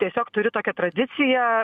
tiesiog turiu tokią tradiciją